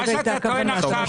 מה שאתה טוען עכשיו